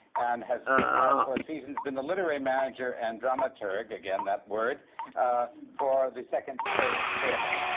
and has for the past four seasons been the literary manager and dramaturg again, that word for the second stage theatre.